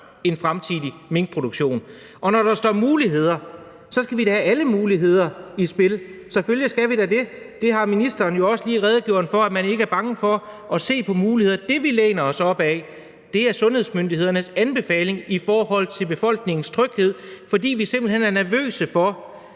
en fremtidig minkproduktion! – og når der står muligheder, skal vi da have alle muligheder i spil, selvfølgelig skal vi da det. Det har ministeren jo også lige redegjort for og sagt, at man ikke er bange for at se på muligheder. Det, vi læner os op ad, er sundhedsmyndighedernes anbefaling i forhold til befolkningens tryghed, for vi er simpelt hen nervøse for,